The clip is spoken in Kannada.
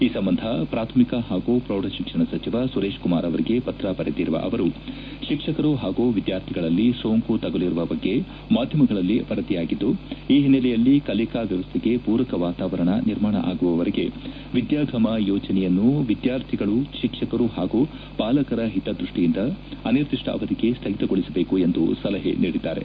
ಈ ಸಂಬಂಧ ಪ್ರಾಥಮಿಕ ಹಾಗೂ ಪ್ರೌಢಶಿಕ್ಷಣ ಸಚಿವ ಸುರೇಶ್ ಕುಮಾರ್ ಅವರಿಗೆ ಪತ್ರ ಬರೆದಿರುವ ಅವರು ಶಿಕ್ಷಕರು ಹಾಗೂ ವಿದ್ಯಾರ್ಥಿಗಳಲ್ಲಿ ಸೋಂಕು ತಗುಲಿರುವ ಬಗ್ಗೆ ಮಾಧ್ಯಮಗಳಲ್ಲಿ ವರದಿಯಾಗಿದ್ದು ಈ ಹಿನ್ನೆಲೆಯಲ್ಲಿ ಕಲಿಕಾ ವ್ಯವಸ್ಥೆಗೆ ಪೂರಕ ವಾತಾವರಣ ನಿರ್ಮಾಣ ಆಗುವವರೆಗೆ ವಿದ್ಯಾಗಮ ಯೋಜನೆಯನ್ನು ವಿದ್ಯಾರ್ಥಿಗಳು ಶಿಕ್ಷಕರು ಹಾಗೂ ಪಾಲಕರ ಹಿತದೃಷ್ಟಿಯಿಂದ ಅನಿರ್ದಿಷ್ವ ಅವಧಿಗೆ ಸ್ತಗಿತಗೊಳಿಸಬೇಕು ಎಂದು ಸಲಹೆ ನೀಡಿದ್ದಾರೆ